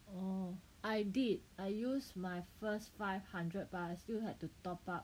oh I did I use my first five hundred but I still had to top up